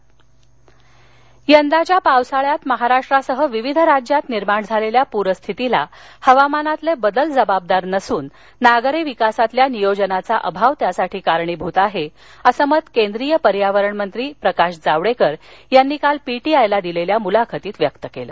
पर जावडेकर यंदाच्या पावसाळ्यात महाराष्ट्रासह विविध राज्यात निर्माण झालेल्या पूरस्थितीला हवामानातील बदल जबाबदार नसून नागरी विकासातील नियोजनाचा अभाव त्यासाठी कारणीभूत आहे असं मत केंद्रीय पर्यावरण मंत्री प्रकाश जावडेकर यांनी काल पीटीआयला दिलेल्या मुलाखतीत व्यक्त केलं